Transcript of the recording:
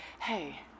hey